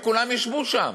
וכולם ישבו שם.